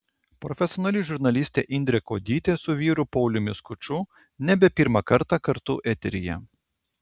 profesionali žurnalistė indrė kuodytė su vyru pauliumi skuču nebe pirmą kartą kartu eteryje